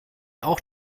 auch